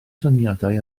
syniadau